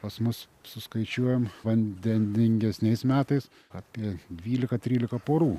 pas mus suskaičiuojam vandeningesniais metais apie dvylika trylika porų